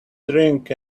drink